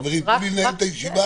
חברים, תנו לי לנהל את הישיבה.